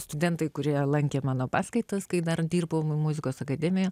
studentai kurie lankė mano paskaitas kai dar dirbau muzikos akademijoj